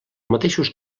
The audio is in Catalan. mateixos